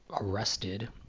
arrested